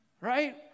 Right